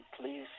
please